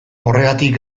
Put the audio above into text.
horregatik